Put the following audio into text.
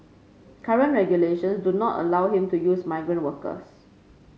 current regulations do not allow him to use migrant workers